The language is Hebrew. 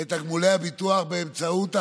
את תגמולי הביטוח באמצעות העברה,